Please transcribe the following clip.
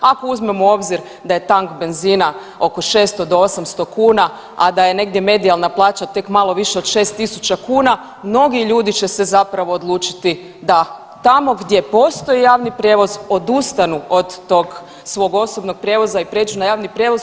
Ako uzmemo u obzir da je tank benzina oko 600 do 800 kuna, a da je negdje medijalna plaća tek malo viša od 6.000 kuna mnogi ljudi će se zapravo odlučiti da tamo gdje postoji javni prijevoz odustanu od tog svog osobnog prijevoza i prijeđu na javni prijevoz.